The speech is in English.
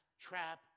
trap